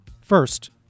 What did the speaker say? First